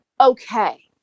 okay